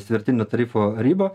svertinio tarifo ribą